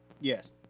Yes